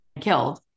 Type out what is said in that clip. killed